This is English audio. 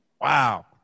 Wow